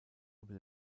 über